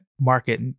market